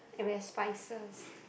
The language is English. and we have spices